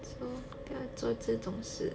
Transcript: so 不要做这种事